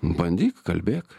bandyk kalbėk